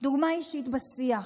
דוגמה אישית בשיח,